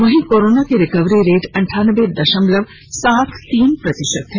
वहीं कोरोना की recovery rate अनठानबे दशमलव सात तीन प्रतिशत हैं